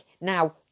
Now